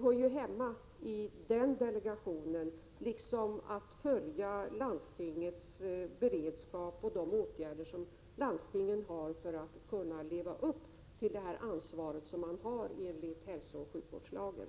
hör hemma i den delegationen — liksom uppgiften att följa att landstingen har beredskap och resurser för att kunna leva upp till sitt ansvar enligt hälsooch sjukvårdslagen.